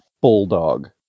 bulldog